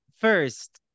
first